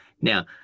Now